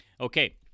Okay